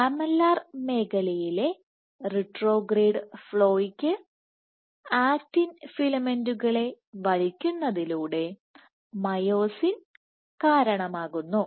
lamellar മേഖലയിലെ retrograde ഫ്ളോയ്ക് actin ഫിലമെന്റുകളെ വലിക്കുന്നതിലൂടെ മയോസിൻ കാരണമാകുന്നു